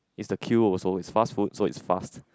is the queue also is fast food so is fast